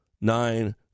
nine